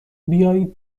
بیایید